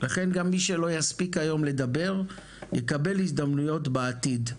ומי שלא יספיק היום לדבר יקבל הזדמנויות בעתיד.